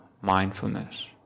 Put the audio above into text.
mindfulness